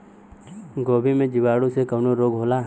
गोभी में जीवाणु से कवन रोग होला?